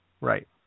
Right